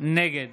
נגד